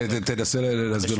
תנסה להסביר לנו.